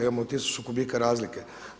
Imamo 1000 kubika razlike.